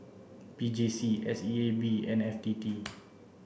P J C S E A B and F T T